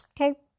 okay